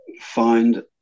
find